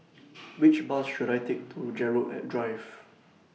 Which Bus should I Take to Gerald Drive